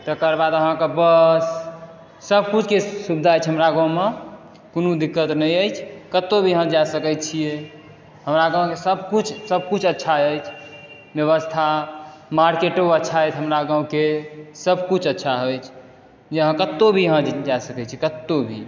तकरबाद अहाँकेँ बस सभकिछुके सुविधा छै हमरा गाँवमे कोनो दिक्कत नहि अछि कतहु भी अहाँ जा सकै छियै हमरा गाँवके सभकिछु सभकिछु अच्छा अछि व्यवस्था मार्केटो अच्छा अछि हमरा गाँवके सभकिछु अच्छा अछि जे अहाँ कतहु भी अहाँ जा सकैत छियै कतहु भी